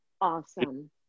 awesome